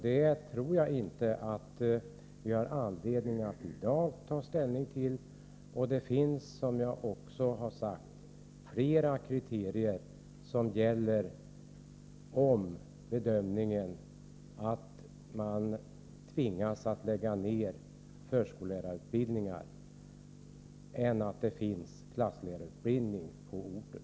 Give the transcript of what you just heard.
Det tror jag inte att vi har anledning att i dag ta ställning till. Det finns, som jag har sagt, fler kriterier vid en bedömning av om man skall tvingas lägga ned förskollärarutbildningar än avsaknaden av klasslärarutbildning på orten.